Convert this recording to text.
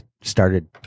started